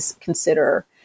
consider